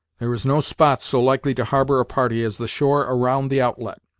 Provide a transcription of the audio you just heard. there is no spot so likely to harbor a party as the shore around the outlet,